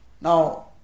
now